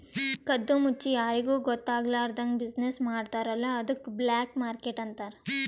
ಕದ್ದು ಮುಚ್ಚಿ ಯಾರಿಗೂ ಗೊತ್ತ ಆಗ್ಲಾರ್ದಂಗ್ ಬಿಸಿನ್ನೆಸ್ ಮಾಡ್ತಾರ ಅಲ್ಲ ಅದ್ದುಕ್ ಬ್ಲ್ಯಾಕ್ ಮಾರ್ಕೆಟ್ ಅಂತಾರ್